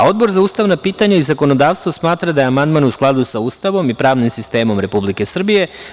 Odbor za ustavna pitanja i zakonodavstvo smatra da je amandman u skladu sa Ustavom i pravnim sistemom Republike Srbije.